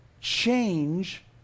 change